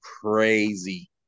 crazy